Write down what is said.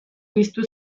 piztu